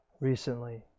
Recently